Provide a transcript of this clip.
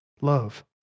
love